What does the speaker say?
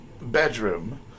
bedroom